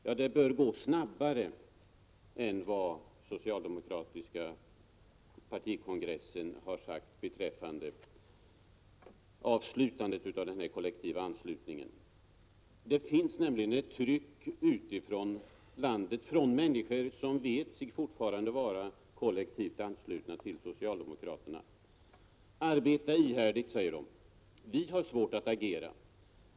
Ja, arbetet bör gå snabbare än vad 1 den socialdemokratiska partikongressen har uttalat när det gäller avslutandet av kollektivanslutningen. Det finns nämligen ett tryck utifrån landet från människor som vet sig fortfarande vara kollektivt anslutna till socialdemokraterna. Arbeta ihärdigt, säger de, vi har svårt att agera.